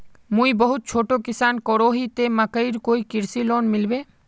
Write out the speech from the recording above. मुई बहुत छोटो किसान करोही ते मकईर कोई कृषि लोन मिलबे?